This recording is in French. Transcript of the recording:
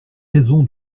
raison